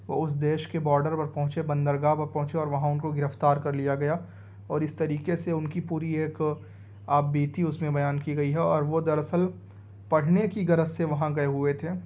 وہ اس دیش کے باڈر پر پہنچے بندرگاہ پر پہنچے اور وہاں ان کو گرفتار کر لیا گیا اور اس طریقے سے ان کی پوری ایک آپ بیتی اس میں بیان کی گئی ہے اور وہ دراصل پڑھنے کی غرض سے وہاں گئے ہوئے تھے